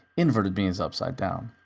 inverted means upside down.